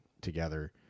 together